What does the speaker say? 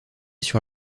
sur